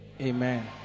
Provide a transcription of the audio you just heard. Amen